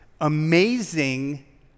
amazing